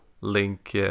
link